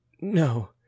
No